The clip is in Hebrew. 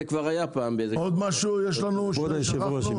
עוד משהו יש לנו ששכחנו?